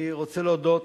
אני רוצה להודות